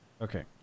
okay